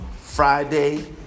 Friday